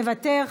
מוותר.